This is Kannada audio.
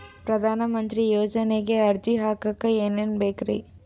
ಪ್ರಧಾನಮಂತ್ರಿ ಯೋಜನೆಗೆ ಅರ್ಜಿ ಹಾಕಕ್ ಏನೇನ್ ಬೇಕ್ರಿ?